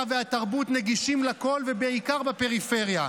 והתרבות נגישים לכול ובעיקר בפריפריה.